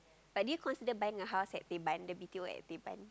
but do you consider buying a house at Teban the B_T_O at Teban